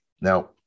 Now